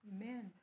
Amen